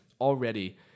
Already